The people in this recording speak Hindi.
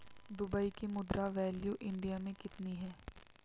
दुबई की मुद्रा वैल्यू इंडिया मे कितनी है?